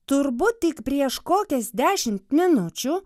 turbūt tik prieš kokias dešim minučių